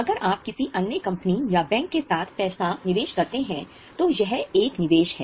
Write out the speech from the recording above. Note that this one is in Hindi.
अगर आप किसी अन्य कंपनी या बैंक के साथ पैसा निवेश करते हैं तो यह एक निवेश है